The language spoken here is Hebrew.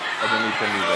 לעלות.